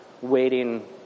waiting